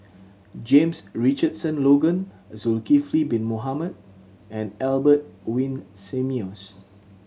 James Richardson Logan Zulkifli Bin Mohamed and Albert Winsemius